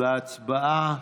להצבעה.